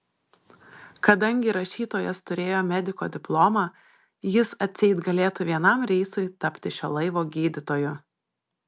kadangi rašytojas turėjo mediko diplomą jis atseit galėtų vienam reisui tapti šio laivo gydytoju